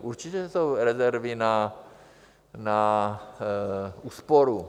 Určitě jsou rezervy na úsporu.